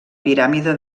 piràmide